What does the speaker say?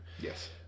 Yes